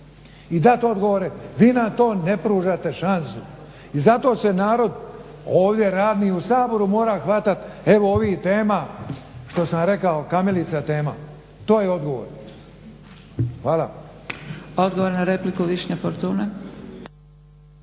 i dati odgovore. Vi nam to ne pružate šansu. I zato se narod, ovdje radni u Saboru, mora hvatati evo ovih tema što sam rekao, "kamilica" tema. To je odgovor. Hvala.